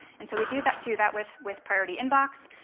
and so we do that do that with with priority inbox.